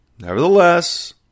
Nevertheless